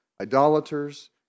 idolaters